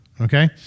Okay